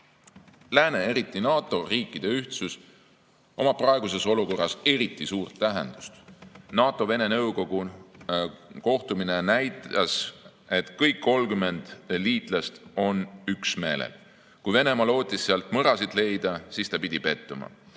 eriti NATO riikide ühtsus omab praeguses olukorras eriti suurt tähendust. NATO-Vene Nõukogu kohtumine näitas, et kõik 30 liitlast on üksmeelel. Kui Venemaa lootis sealt mõrasid leida, siis ta pidi pettuma.